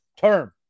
term